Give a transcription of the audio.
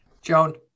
Joan